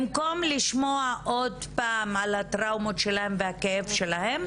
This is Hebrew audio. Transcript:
במקום לשמוע עוד פעם על הטראומות שלהן והכאב שלהן,